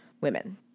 women